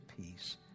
peace